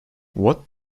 what